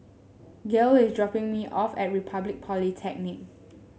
Gale is dropping me off at Republic Polytechnic